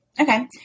Okay